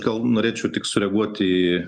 gal norėčiau tik sureaguoti į